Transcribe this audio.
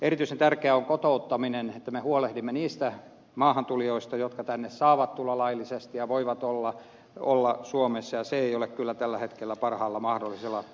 erityisen tärkeää on kotouttaminen että me huolehdimme niistä maahantulijoista jotka tänne saavat tulla laillisesti ja voivat olla suomessa ja se ei ole kyllä tällä hetkellä parhaalla mahdollisella tolalla